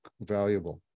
valuable